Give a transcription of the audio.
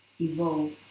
evolve